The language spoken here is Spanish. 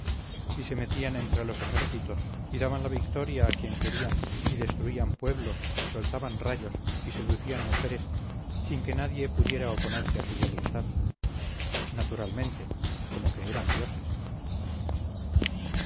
y se metían entre los ejércitos y daban la victoria a quien querían y destruían pueblos y soltaban rayos y seducían mujeres sin que nadie pudiera oponerse a su voluntad naturalmente como que eran dioses